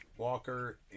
Walker